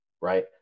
right